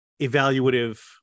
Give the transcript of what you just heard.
evaluative